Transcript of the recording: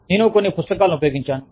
నేను కొన్ని పుస్తకాలను ఉపయోగించాను